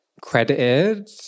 credited